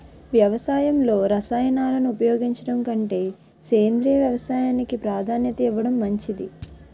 వ్యవసాయంలో రసాయనాలను ఉపయోగించడం కంటే సేంద్రియ వ్యవసాయానికి ప్రాధాన్యత ఇవ్వడం మంచిది